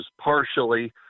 partially